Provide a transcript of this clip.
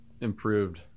improved